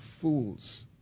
fools